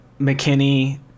mckinney